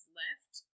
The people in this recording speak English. left